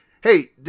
Hey